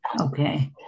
Okay